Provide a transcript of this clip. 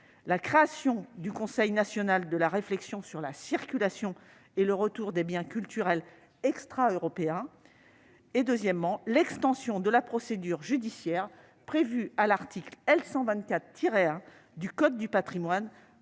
la création du Conseil national de réflexion sur la circulation et le retour des biens culturels extra-européens ; d'autre part, l'extension de la procédure judiciaire prévue à l'article L. 124-1 du code du patrimoine